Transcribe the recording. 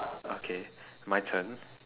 okay my turn